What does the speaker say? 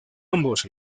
ambos